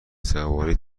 سواری